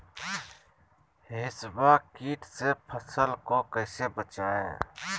हिसबा किट से फसल को कैसे बचाए?